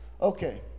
okay